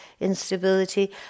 instability